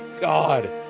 God